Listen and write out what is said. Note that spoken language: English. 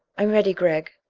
i'm ready, gregg.